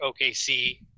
OKC